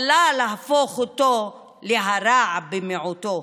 אל לה להפוך אותו לרע במיעוטו.